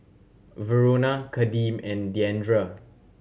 Verona Kadeem and Diandra